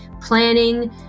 planning